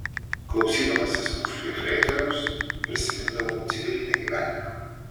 klausydamasis mūsų jefreitoriaus prisimindavau civilinį gyvenimą